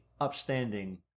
upstanding